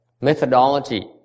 methodology